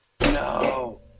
No